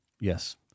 Yes